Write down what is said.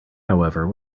however